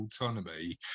autonomy